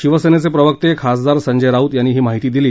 सेनेचे प्रवक्ते खासदार संजय राऊत यांनी ही माहिती दिली